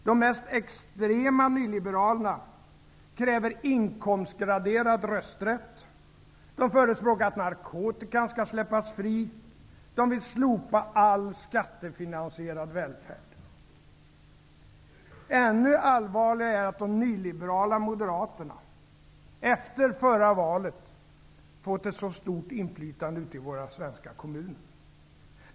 De mest extrema nyliberalerna kräver inkomstgraderad rösträtt, de förespråkar att narkotikan skall släppas fri och de vill slopa all skattefinansierad välfärd. Ännu allvarligare är att de nyliberala moderaterna efter förra valet har fått ett så stort inflytande ute i våra svenska kommuner.